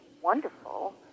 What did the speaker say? wonderful